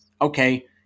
okay